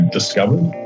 discovered